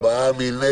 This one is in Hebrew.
מי נגד?